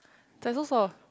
they're so soft